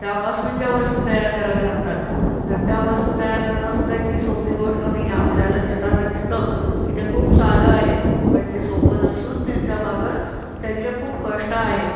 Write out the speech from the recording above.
त्यापासून ज्या वस्तू तयार कराव्या लागतात तर त्या वस्तू तयार करणं सुद्धा इतकी सोपी गोष्ट नाही आहे आपल्याला दिसताना दिसतं की ते खूप साधं आहे पण ते सोपं नसून त्याच्यामागं त्यांचे खूप कष्ट आहेत